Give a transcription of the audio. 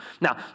Now